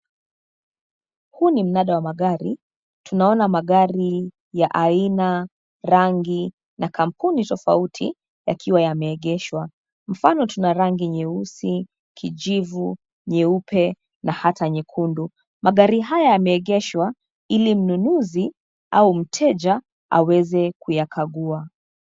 Huu ni mnanda wa magari. Tunaona magari ya aina, rangi na kampuni(cs) tofauti yakiwa yameegeshwa. Kwa mfano, tuna rangi nyeusi, kijivu, nyeupe na hata nyekundu. Magari haya yameegeshwa ili mnunuzi au mteja aweze kuyakagua.